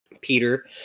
Peter